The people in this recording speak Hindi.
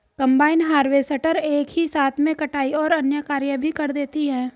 कम्बाइन हार्वेसटर एक ही साथ में कटाई और अन्य कार्य भी कर देती है